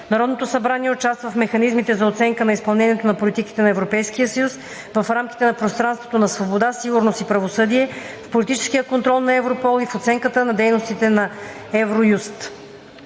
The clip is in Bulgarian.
Народното събрание участва в механизмите за оценка на изпълнението на политиките на Европейския съюз в рамките на пространството на свобода, сигурност и правосъдие, в политическия контрол на Европол и в оценката на дейностите на Евроюст.